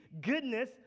goodness